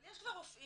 אבל יש כבר רופאים